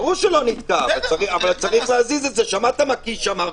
רציתם חוק?